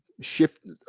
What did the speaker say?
shift